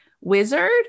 wizard